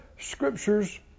scriptures